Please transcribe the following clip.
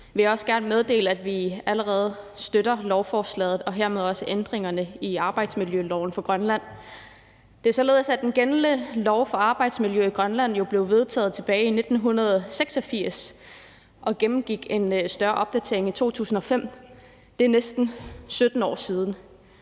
jeg også gerne allerede meddele, at vi støtter lovforslaget og hermed også ændringerne i arbejdsmiljøloven for Grønland. Det er jo således, at den gældende lov for arbejdsmiljøet i Grønland blev vedtaget tilbage i 1986, og at den gennemgik en større opdatering i 2005. Det er næsten 17 år siden,